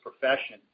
profession